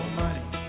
money